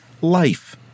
life